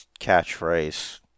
catchphrase